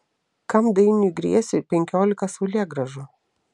kam dainiui griesiui penkiolika saulėgrąžų